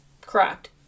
Correct